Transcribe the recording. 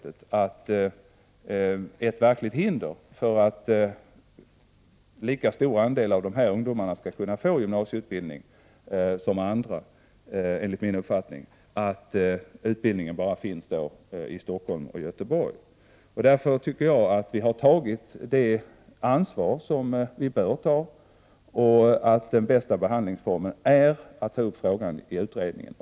Enligt min uppfattning är det verkligt stora hindret för att dessa ungdomar skall få gymnasieutbildning i samma utsträckning som andra att sådan här utbildning bara finns i Stockholm och Göteborg. Mot den bakgrunden tycker jag att vi har tagit det ansvar som vi bör ta och att det bästa sättet att behandla denna fråga är att låta utredningen ta upp den.